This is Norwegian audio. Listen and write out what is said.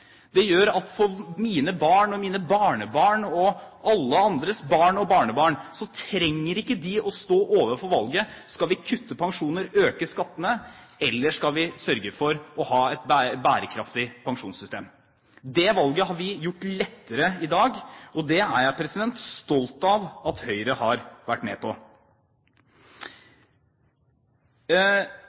Det gjør at mine barn og mine barnebarn og alle andres barn og barnebarn ikke trenger å stå overfor valget: Skal vi kutte pensjoner, øke skattene, eller skal vi sørge for å ha et bærekraftig pensjonssystem? Det valget har vi gjort lettere i dag. Det er jeg stolt av at Høyre har vært med på.